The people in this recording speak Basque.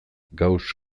gauss